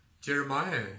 Jeremiah